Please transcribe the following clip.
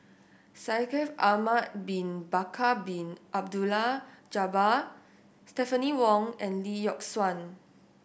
Shaikh Ahmad Bin Bakar Bin Abdullah Jabbar Stephanie Wong and Lee Yock Suan